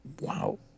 Wow